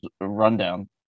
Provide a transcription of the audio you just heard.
rundown